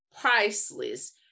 priceless